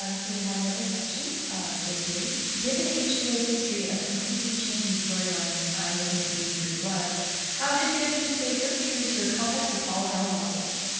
um so, we have another question. it is, given hbo's history of completely changing story lines i'm looking at you, true blood how did you get them to stay so true to your complex-as-all-hell novels?